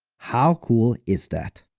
how cool is that!